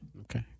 Okay